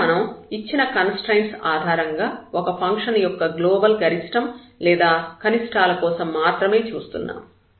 ఇక్కడ మనం ఇచ్చిన కన్స్ట్రయిన్ట్ ఆధారంగా ఒక ఫంక్షన్ యొక్క గ్లోబల్ గరిష్టం లేదా కనిష్టాల కోసం మాత్రమే చూస్తున్నాము